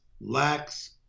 lacks